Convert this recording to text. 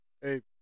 hey